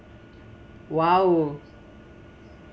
!wow!